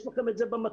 יש לכם את זה במצגת,